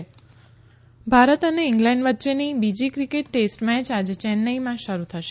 cricket Bharat અને England વચ્ચેની બીજી ક્રીકેટ ટેસ્ટ મેચ આજે ચેન્નાઇમાં શરૂ થશે